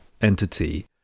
entity